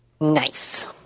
Nice